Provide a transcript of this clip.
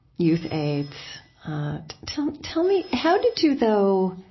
youthaids. tell tell me, how did you, though,